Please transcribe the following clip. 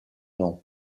nom